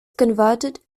converted